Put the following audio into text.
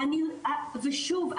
ושוב,